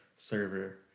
server